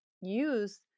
use